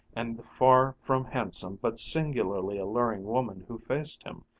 and the far from handsome but singularly alluring woman who faced him,